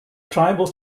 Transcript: tribal